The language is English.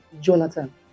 Jonathan